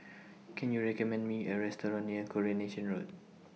Can YOU recommend Me A Restaurant near Coronation Road